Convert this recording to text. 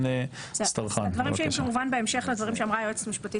נניח מישהו טוען שהחוק הזה או משהו שאתה מגיש פוגעני